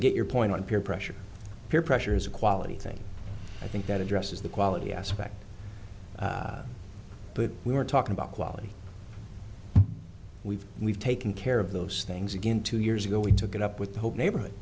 get your point on peer pressure peer pressure is a quality thing i think that addresses the quality aspect but we were talking about quality we've we've taken care of those things again two years ago we took it up with the whole neighborhood